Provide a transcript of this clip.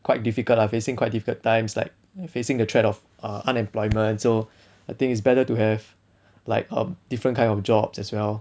quite difficult ah facing quite difficult times like facing the threat of err unemployment so I think it's better to have like a different kind of job as well